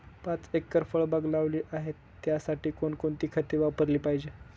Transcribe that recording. पाच एकर फळबाग लावली आहे, त्यासाठी कोणकोणती खते वापरली पाहिजे?